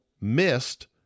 missed